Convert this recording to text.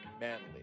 manly